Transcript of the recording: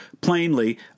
plainly